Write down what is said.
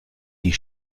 die